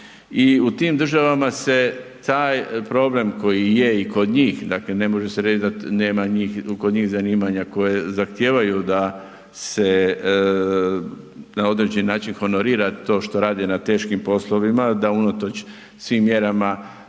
i u tim državama se taj problem koji je i kod njih, dakle ne može se reći da nema kod njih zanimanja koje zahtijevaju da se na određeni način honorira to što radi na teškim poslovima, da unatoč svim mjerama